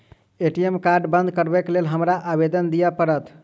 ATM card बंद करैक लेल हमरा आवेदन दिय पड़त?